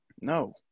No